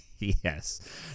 Yes